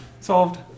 Solved